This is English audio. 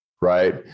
Right